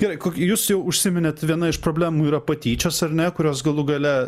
gerai jūs jau užsiminėt viena iš problemų yra patyčios ar ne kurios galų gale